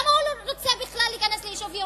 למה הוא רוצה בכלל להיכנס ליישוב יהודי?